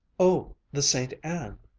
oh, the saint anne,